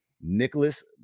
Nicholas